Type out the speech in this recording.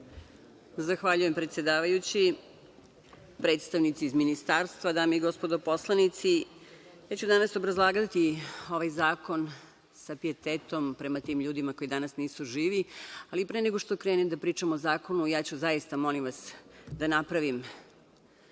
Zahvaljujem predsedavajući. Predstavnici iz ministarstva, dame i gospodo poslanici, ja ću danas obrazlagati ovaj zakon, sa pijetetom prema tim ljudima koji danas nisu živi, ali pre nego što krenem da pričam o zakonu ja ću zaista, molim vas, da napravim